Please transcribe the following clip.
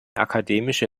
akademische